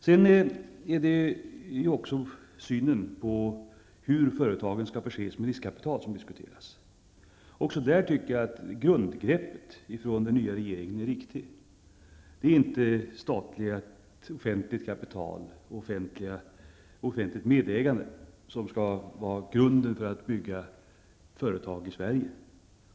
Sedan diskuteras också hur man skall se till att företagen förses med riskkapital. Också här tycker jag att den nya regeringens grundgrepp är riktigt. Det är inte statligt och offentligt kapital, offentligt medägande, som skall vara grunden för att bygga företag i Sverige.